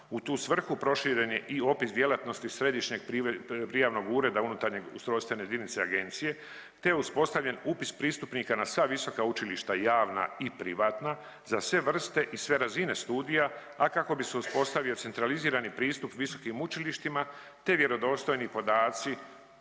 U tu svrhu proširen je i opis djelatnosti Središnjeg prijavnog ureda unutar ustrojstvene jedinice Agencije te je uspostavljen upisa pristupnika na sva visoka učilišta, javna i privatna, za sve vrste i sve razine studija, a kako bi se uspostavio centralizirani pristup visokim učilištima te vjerodostojni podaci